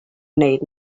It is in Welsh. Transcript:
wneud